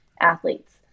athletes